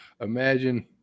Imagine –